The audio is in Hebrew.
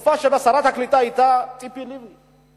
שבה שרת הקליטה היתה ציפי לבני.